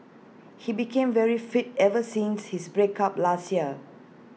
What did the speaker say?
he became very fit ever since his break up last year